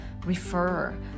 refer